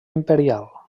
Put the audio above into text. imperial